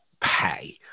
pay